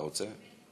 אתה רוצה?